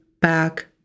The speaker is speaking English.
back